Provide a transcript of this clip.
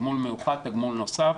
תגמול מיוחד ותגמול נוסף.